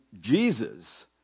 Jesus